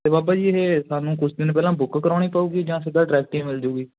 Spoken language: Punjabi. ਅਤੇ ਬਾਬਾ ਜੀ ਇਹ ਸਾਨੂੰ ਕੁਛ ਦਿਨ ਪਹਿਲਾਂ ਬੁੱਕ ਕਰਵਾਉਣੀ ਪਊਗੀ ਜਾਂ ਸਿੱਧਾ ਡਾਇਰੈਕਟ ਹੀ ਮਿਲ ਜੂਗੀ